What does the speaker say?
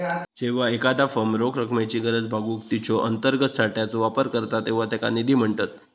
जेव्हा एखादा फर्म रोख रकमेची गरज भागवूक तिच्यो अंतर्गत साठ्याचो वापर करता तेव्हा त्याका निधी म्हणतत